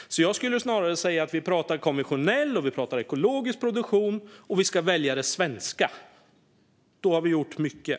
Jag skulle snarare säga att vi talar om både konventionell och ekologisk produktion, och vi ska välja det svenska. Då har vi gjort mycket.